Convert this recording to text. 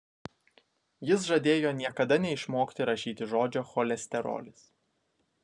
jis žadėjo niekada neišmokti rašyti žodžio cholesterolis